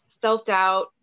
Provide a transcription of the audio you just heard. self-doubt